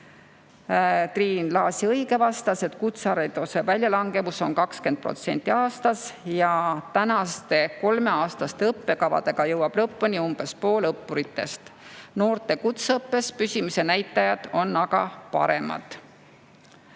Triin Laasi-Õige vastas, et kutsehariduse väljalangevus on 20% aastas ja tänaste kolmeaastaste õppekavadega jõuab lõpuni umbes pool õppuritest. Noorte kutseõppes püsimise näitajad on paremad.